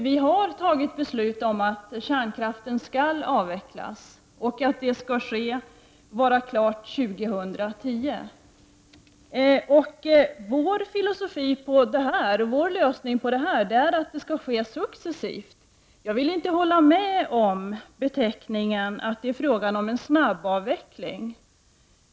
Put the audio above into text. Vi har fattat beslut om att kärnkraften skall avvecklas och att det skall vara klart år 2010. Vår lösning på det problemet är att det skall ske successivt. Jag vill inte hålla med om beteckningen snabbavveckling.